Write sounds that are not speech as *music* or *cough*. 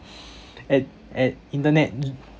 *breath* at at internet *noise*